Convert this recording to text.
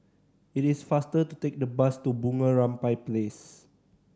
it is faster to take the bus to Bunga Rampai Place